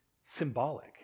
symbolic